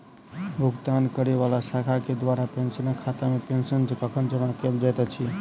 भुगतान करै वला शाखा केँ द्वारा पेंशनरक खातामे पेंशन कखन जमा कैल जाइत अछि